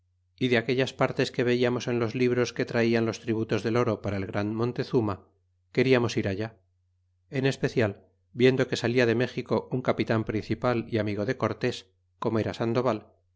y de aquellas partes que velamos en los libros que rajan los tributos del oro para el gran montezuma queriamos ir allá en especial viendo que salia de méxico un capitan principal y amigo de cortés como era sandoval